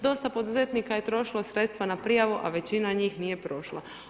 Dosta poduzetnika je trošilo sredstva na prijavu, a većina njih nije prošla.